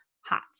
hot